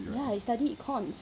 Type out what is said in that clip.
ya I studied econs